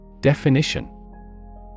Definition